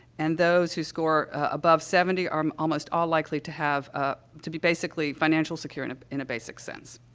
and those who score, ah, above seventy are um almost all likely to have ah, to be basically financial secure in in a basic sense.